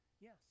Yes